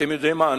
אתם יודעים מה?